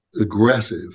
aggressive